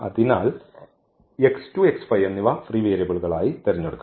അതിനാൽ എന്നിവ ഫ്രീ വേരിയബിളുകളായി തിരഞ്ഞെടുക്കണം